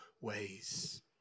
ways